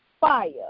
fire